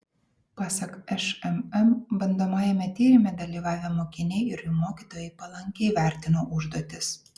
pasak šmm bandomajame tyrime dalyvavę mokiniai ir jų mokytojai palankiai vertino užduotis